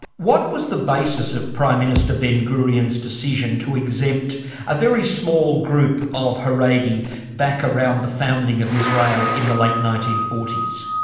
what was the basis of prime minister ben-gurion's decision to exempt a very small group of haredi back around the founding of israel in the late nineteen forty s?